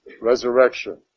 resurrection